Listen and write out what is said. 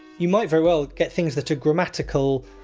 you might very well get things that are grammatical.